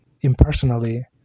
impersonally